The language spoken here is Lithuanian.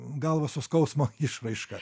galvą su skausmo išraiška